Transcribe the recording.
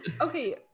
Okay